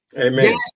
Amen